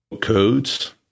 codes